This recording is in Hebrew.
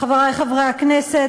חברי חברי הכנסת,